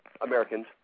Americans